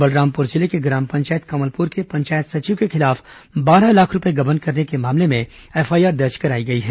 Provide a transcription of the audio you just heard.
बलरामपुर जिले के ग्राम पंचायत कमलपुर के पंचायत सचिव के खिलाफ बारह लाख रूपये गबन करने के मामले में एफआईआर दर्ज कराई गई है